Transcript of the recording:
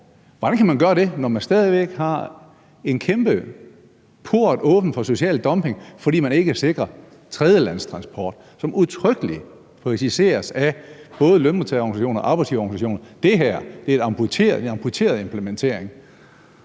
Hvordan kan man gøre det, når man stadig væk har en kæmpe port åben for social dumping, fordi man ikke sikrer tredjelandstransport, som det udtrykkeligt præciseres af både lønmodtagerorganisationer og arbejdsgiverorganisationer? Det her er en amputeret implementering.